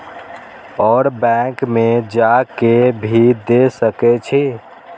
और बैंक में जा के भी दे सके छी?